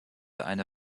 eine